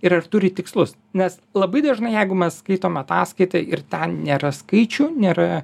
ir ar turi tikslus nes labai dažnai jeigu mes skaitome ataskaitą ir ten nėra skaičių nėra